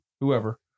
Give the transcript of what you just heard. whoever